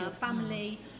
family